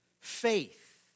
faith